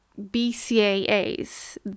BCAAs